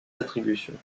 attributions